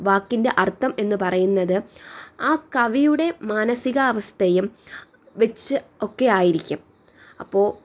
വാക്കിൻ്റെ അർത്ഥം എന്ന് പറയുന്നത് ആ കവിയുടെ മാനസികാവസ്ഥയും വെച്ച് ഒക്കെ ആയിരിക്കും അപ്പോൾ